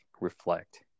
reflect